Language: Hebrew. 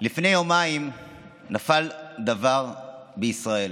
לפני יומיים נפל דבר בישראל: